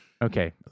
Okay